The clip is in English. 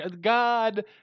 God